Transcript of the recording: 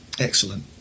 Excellent